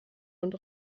und